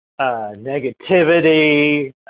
negativity